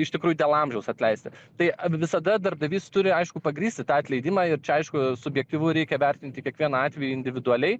iš tikrųjų dėl amžiaus atleisti tai visada darbdavys turi aišku pagrįsti tą atleidimą ir čia aišku subjektyvu reikia vertinti kiekvieną atvejį individualiai